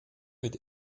mit